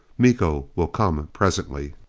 miko will come presently.